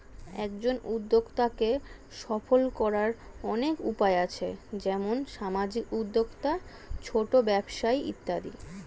একজন উদ্যোক্তাকে সফল করার অনেক উপায় আছে, যেমন সামাজিক উদ্যোক্তা, ছোট ব্যবসা ইত্যাদি